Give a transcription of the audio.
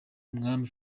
umwami